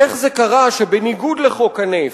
איך זה קרה שבניגוד לחוק הנפט,